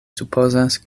supozas